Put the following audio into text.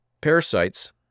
Parasites